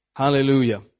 Hallelujah